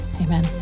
Amen